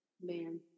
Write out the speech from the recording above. Man